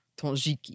tonjiki